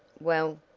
well,